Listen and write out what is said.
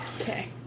Okay